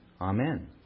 Amen